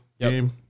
game